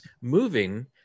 moving